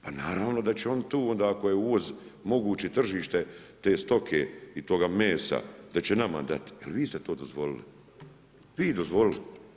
Pa naravno da će oni tu onda ako je uvoz moguće i tržište te stoke i toga mesa da će nama dati jel vi ste to dozvolili, vi dozvolili.